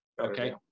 Okay